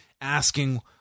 asking